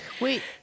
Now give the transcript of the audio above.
wait